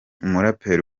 umuraperi